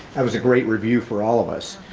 that was a great review for all of us.